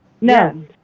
No